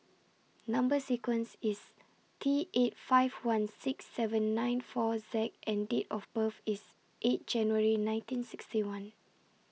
Number sequence IS T eight five one six seven nine four Z and Date of birth IS eight January nineteen sixty one